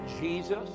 Jesus